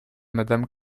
madame